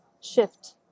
shift